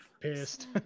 pissed